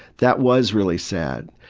that was really sad'.